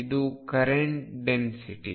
ಇದು current density